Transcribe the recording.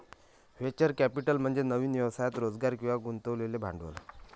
venture capital म्हणजे नवीन व्यवसायात रोजगार किंवा गुंतवलेले भांडवल